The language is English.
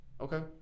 Okay